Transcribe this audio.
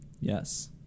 Yes